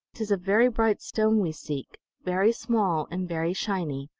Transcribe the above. tis a very bright stone we seek, very small and very shiny,